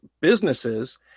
businesses